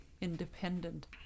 independent